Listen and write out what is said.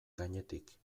gainetik